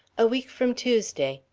a week from tuesday.